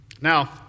Now